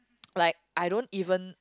like I don't even